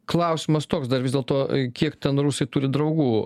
klausimas toks dar vis dėlto kiek ten rusai turi draugų